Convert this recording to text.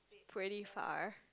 pretty far